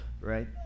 right